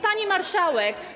Pani Marszałek!